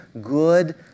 good